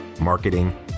marketing